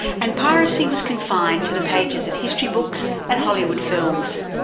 and piracy was confined to the pages of history books and hollywood films.